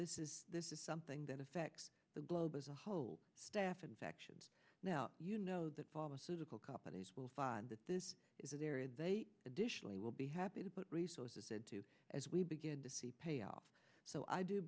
this is this is something that affects the globe as a whole staph infections now you know that pharmaceutical companies will find that this is an area they additionally we'll be happy to put resources into as we begin to pay off so i do